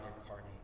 incarnate